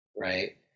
right